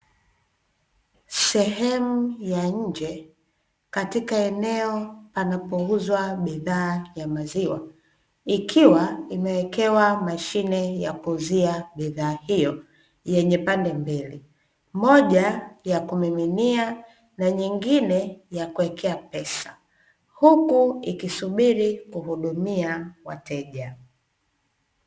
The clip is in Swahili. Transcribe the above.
Sehemu ya nje katika eneo panapouzwa bidhaa ya maziwa, ikiwa imewekewa mashine ya kuuzia bidhaa hiyo; yenye pande mbili, moja ya kumiminia na nyingine ya kuwekea pesa, huku ikisubiri kuhudumia wateja.